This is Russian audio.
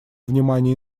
внимание